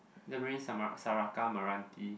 tamarind sema~ serakameranti